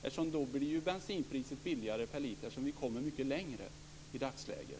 Bensinpriset blir ju då lägre per mil, eftersom vi kommer mycket längre än i dagsläget.